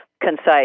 concise